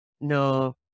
no